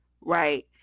right